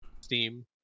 Steam